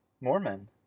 mormon